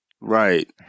Right